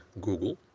Google